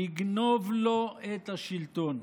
"לגנוב לו את השלטון",